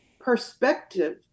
perspective